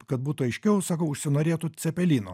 kad būtų aiškiau sakau užsinorėtų cepelino